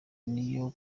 niyo